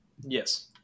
Yes